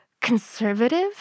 conservative